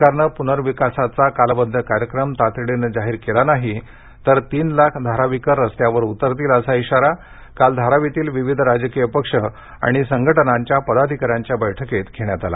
सरकारनं पूनर्विकासाचा कालबद्ध कार्यक्रम तातडीनं जाहीर केला नाही तर तीन लाख धारावीकर रस्त्यावर उतरतील असा इशारा काल धारावीतील विविध राजकीय पक्ष आणि संघटनांच्या पदाधिकाऱ्यांच्या बैठकीत घेण्यात आला